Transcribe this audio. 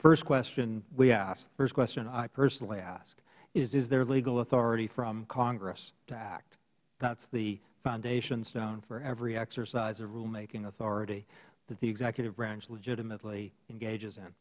first question we ask the first question i personally ask is is there legal authority from congress to act that is the foundation stone for every exercise of rulemaking authority that the executive branch legitimately engages in